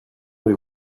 avez